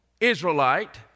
Israelite